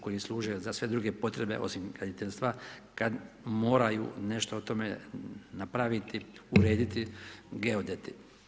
Koji služe za sve druge potrebe osim graditeljstva kad moraju nešto o tome napraviti, urediti geodeti.